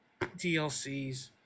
dlcs